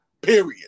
period